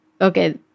okay